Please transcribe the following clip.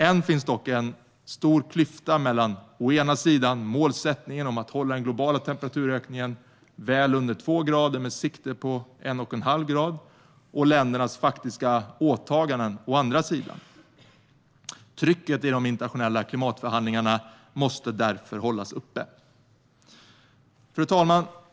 Än finns dock en stor klyfta mellan å ena sidan målsättningen om att hålla den globala temperaturökningen väl under 2 grader med sikte på 1,5 grader och å andra sidan ländernas faktiska åtaganden. Trycket i de internationella klimatförhandlingarna måste därför hållas uppe. Fru talman!